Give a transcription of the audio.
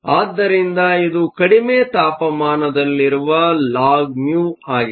ಆದ್ದರಿಂದ ಇದು ಕಡಿಮೆ ತಾಪಮಾನದಲ್ಲಿರುವ log μ ಆಗಿದೆ